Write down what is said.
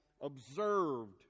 observed